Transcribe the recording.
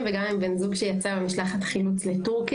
וגם עם בן זוג שיצא עם משלחת חילוץ לטורקיה.